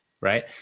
right